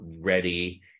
ready